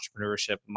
entrepreneurship